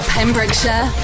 Pembrokeshire